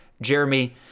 Jeremy